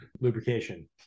lubrication